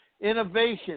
innovation